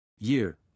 Year